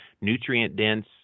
nutrient-dense